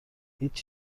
هیچ